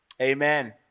Amen